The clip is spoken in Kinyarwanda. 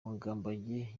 mugambage